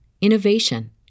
innovation